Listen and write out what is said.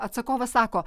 atsakovas sako